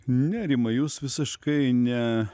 ne rimai jūs visiškai ne